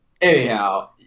Anyhow